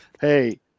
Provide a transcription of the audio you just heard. Hey